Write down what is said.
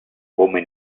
come